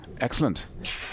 Excellent